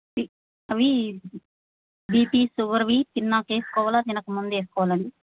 ఈ అవి బీపీ సుషుగర్వి తిన్నాక వేసుకోవాలా తినకముందు వేసుకోవాలండి